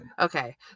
Okay